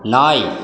நாய்